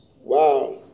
Wow